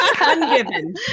Ungiven